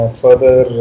further